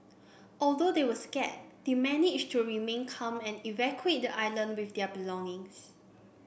although they were scared they to remain calm and evacuate the island with their belongings